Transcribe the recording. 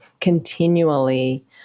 continually